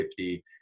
50